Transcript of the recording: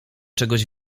czegoś